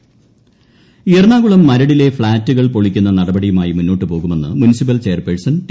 മരട് എറണാകുളം മരടിലെ ഫ്ളാറ്റുകൾ പൊളിക്കുന്ന നടപടിയുമായി മുന്നോട്ട് പോകുമെന്ന് മുനിസിപ്പൽ ചെയർപേഴ്സൺ ടി